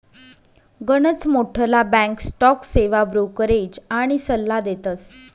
गनच मोठ्ठला bank stock सेवा ब्रोकरेज आनी सल्ला देतस